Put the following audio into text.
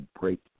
break